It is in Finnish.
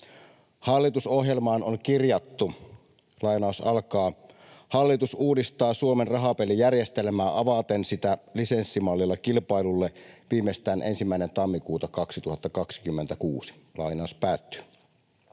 Hallitusohjelmaan on kirjattu: ”Hallitus uudistaa Suomen rahapelijärjestelmää avaten sitä lisenssimallilla kilpailulle viimeistään 1. tammikuuta 2026.” Roikkuminen